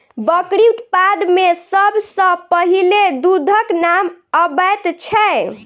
बकरी उत्पाद मे सभ सॅ पहिले दूधक नाम अबैत छै